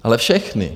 Ale všechny.